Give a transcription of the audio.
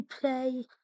play